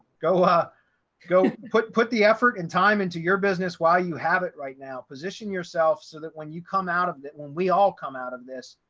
go, go put put the effort and time into your business while you have it right now position yourself so that when you come out of it, when we all come out of this,